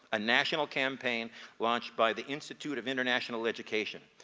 a national campaign launched by the institute of international education.